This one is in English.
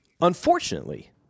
Unfortunately